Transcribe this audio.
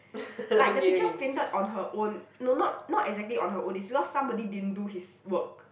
like the teacher fainted on her own no not not exactly on her own it's because somebody didn't do his work